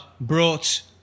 brought